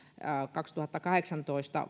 kaksituhattakahdeksantoista